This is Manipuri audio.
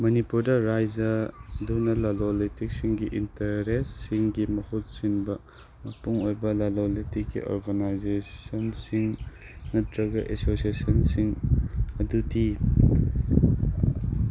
ꯃꯅꯤꯄꯨꯔꯗ ꯔꯥꯖ꯭ꯌꯥꯗꯨꯅ ꯂꯂꯣꯟ ꯏꯇꯤꯛꯁꯤꯡꯒꯤ ꯏꯟꯇꯔꯦꯁꯁꯤꯡꯒꯤ ꯃꯍꯨꯠ ꯁꯤꯟꯕ ꯃꯄꯨꯡ ꯑꯣꯏꯕ ꯂꯂꯣꯟ ꯏꯇꯤꯛꯀꯤ ꯑꯣꯔꯒꯦꯅꯥꯏꯖꯦꯁꯟꯁꯤꯡ ꯅꯠꯇꯔꯒ ꯑꯦꯁꯣꯁꯤꯌꯦꯁꯟꯁꯤꯡ ꯑꯗꯨꯗꯤ